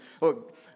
Look